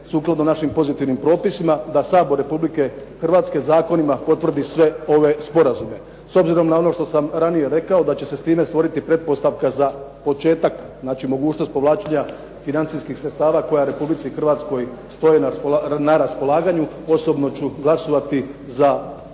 sukladno našim pozitivnim propisima da Sabor Republike Hrvatske zakonima potvrdi sve ove sporazume. S obzirom na ono što sam ranije rekao da će se time stvoriti pretpostavka za početak znači mogućnost povlačenja financijskih sredstava koja Republici Hrvatskoj stoji na raspolaganju osobno ću glasovati za sve